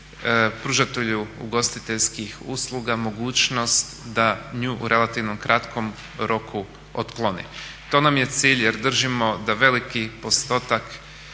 pružatelju ugostiteljskih usluga mogućnost da nju u relativno kratkom roku otkloni. To nam je cilj jer držimo da veliki postotak,